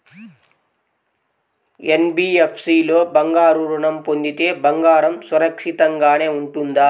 NBFC లో బంగారు ఋణం పొందితే బంగారం సురక్షితంగానే ఉంటుందా?